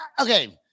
Okay